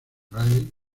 riley